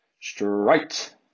straight